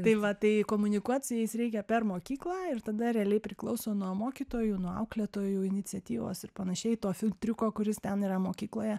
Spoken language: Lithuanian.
tai va tai komunikuot su jais reikia per mokyklą ir tada realiai priklauso nuo mokytojų nuo auklėtojų iniciatyvos ir panašiai to filtriuko kuris ten yra mokykloje